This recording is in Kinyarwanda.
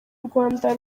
rwanda